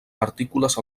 partícules